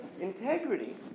integrity